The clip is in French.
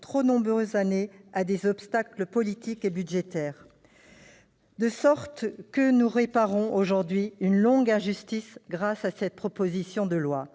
trop nombreuses années à des obstacles politiques et budgétaires, de sorte que nous réparons aujourd'hui une longue injustice, grâce à cette proposition de loi